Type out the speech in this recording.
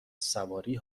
سواری